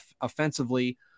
offensively